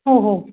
हो हो